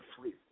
free –